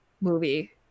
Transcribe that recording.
movie